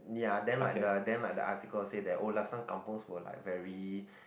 ya then like the like the article say that oh last time Kampungs was like very